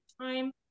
time